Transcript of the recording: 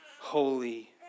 holy